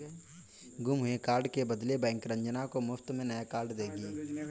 गुम हुए कार्ड के बदले बैंक रंजना को मुफ्त में नया कार्ड देगी